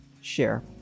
share